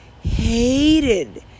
hated